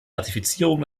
ratifizierung